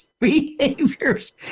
behaviors